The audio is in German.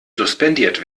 suspendiert